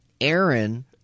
Aaron